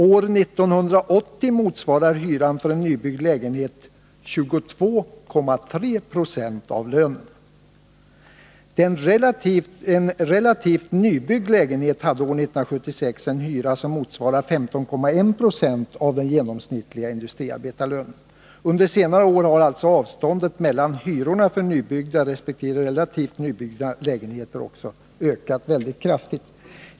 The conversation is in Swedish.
År 1980 motsvarar hyran för en nybyggd lägenhet 22,3 Jo av lönen. En relativt nybyggd lägenhet hade år 1976 en hyra som motsvarade 15,1 90 av den genomsnittliga industriarbetarlönen. Under senare år har alltså avståndet mellan hyrorna för nybyggda och för relativt nybyggda lägenheter också ökat kraftigt.